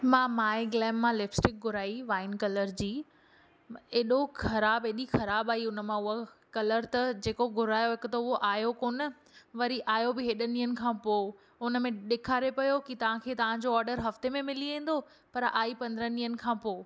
मां मायग्लैम मां लिपस्टिक घुराई वाईन कलर जी ऐॾो ख़राब ऐॾी ख़राब आई उन मां उहा कलर त जेको घुरायो हिकु त उहो आयो कोन वरी आयो बि हेॾनि ॾींहंनि खां पोइ उन में ॾेखारे पियो कि तव्हां खे तव्हां जो ऑडर हफ़्ते में मिली वेंदो पर आई पंद्रहंनि ॾींहंनि खां पोइ